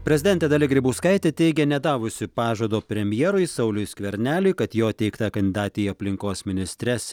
prezidentė dalia grybauskaitė teigė nedavusi pažado premjerui sauliui skverneliui kad jo teikta kandidatė į aplinkos ministres